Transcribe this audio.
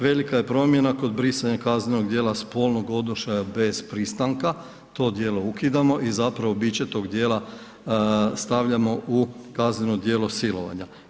Velika je promjena kod brisanja kaznenog djela spolnog odnošaja bez pristanka, to djelo ukidamo i zapravo biće tog djela stavljamo u kazneno djelo silovanja.